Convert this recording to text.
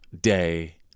day